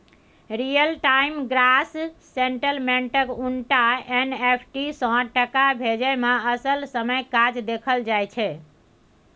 real time gross सेटलमेंटक उनटा NFT सँ टका भेजय मे असल समयक काज देखल जाइ छै